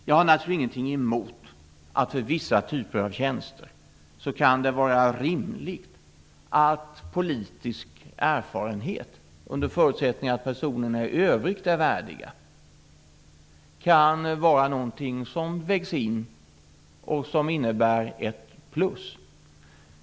Jag har naturligtvis ingenting emot att det för vissa typer av tjänster är rimligt att politisk erfarenhet - under förutsättning att personerna i övrigt är värdiga - kan vara någonting som vägs in och som innebär ett plus.